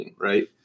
right